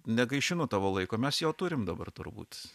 negaišinu tavo laiko mes jo turim dabar turbūt